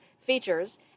features